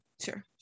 Sure